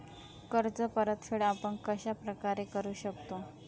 कर्ज परतफेड आपण कश्या प्रकारे करु शकतो?